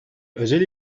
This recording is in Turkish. özel